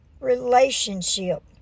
relationship